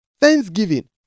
thanksgiving